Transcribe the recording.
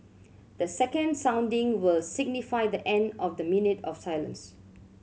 the second sounding will signify the end of the minute of silence